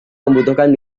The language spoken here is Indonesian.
membutuhkan